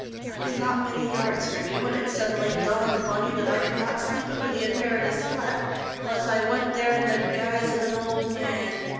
i was not many yards from you when it suddenly dawned upon you that i could not sleep at lydia meredith's flat unless i went there in the guise of an old man.